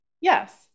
Yes